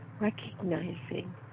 Recognizing